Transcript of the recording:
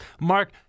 Mark